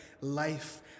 life